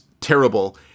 terrible